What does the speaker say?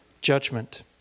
judgment